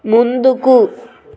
ముందుకు